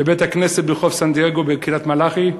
בבית-הכנסת ברחוב סן-דייגו בקריית-מלאכי,